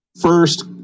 first